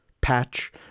Patch